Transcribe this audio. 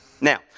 Now